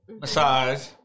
massage